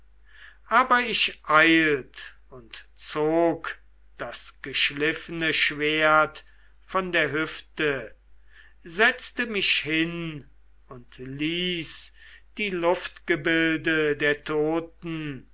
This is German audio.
aber ich eilt und zog das geschliffene schwert von der hüfte setzte mich hin und ließ die luftgebilde der toten